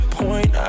point